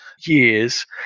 years